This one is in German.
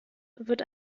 wird